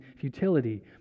futility